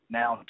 now